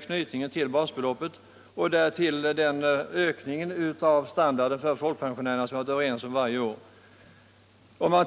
som knyts till basbeloppet och den ökning av standarden för folkpensionärerna som vi varje år varit överens om.